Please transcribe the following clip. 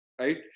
right